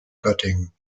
göttingen